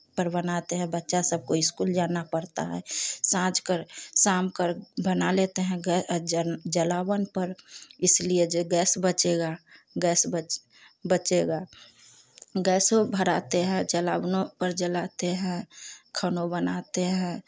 पर बनाते हैं बच्चा सब को स्कूल जाना पड़ता है साँझ कर शाम कर बना लेते हैं गई जलावन पर इसलिए जे गैस बचेगा गैस बच बचेगा गैसों भराते हैं जलावनों पर जलाते हैं खाना बनाते हैं